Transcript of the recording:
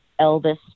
Elvis